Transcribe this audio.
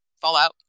Fallout